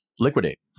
Liquidate